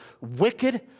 Wicked